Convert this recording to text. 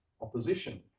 opposition